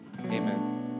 amen